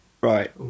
right